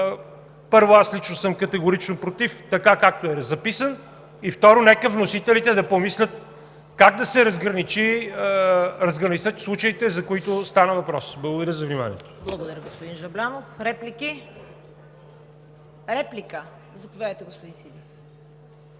първо, аз лично съм категорично против така, както е записан, второ, нека вносителите да помислят как да се разграничат случаите, за които става въпрос. Благодаря за вниманието. ПРЕДСЕДАТЕЛ ЦВЕТА КАРАЯНЧЕВА: Благодаря, господин Жаблянов. Реплики? Заповядайте, господин Сиди,